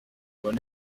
bane